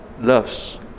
loves